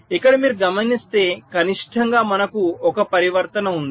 ఇక్కడ మీరు గమనిస్తే కనిష్టంగా మనకు ఒక పరివర్తన ఉంది